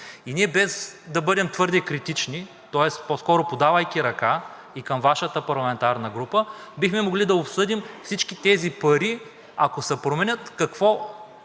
И ние, без да бъдем твърде критични, тоест по-скоро подавайки ръка и към Вашата парламентарна група, бихме могли да обсъдим всички тези пари, ако се променят, какво